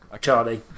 Charlie